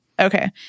Okay